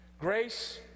Grace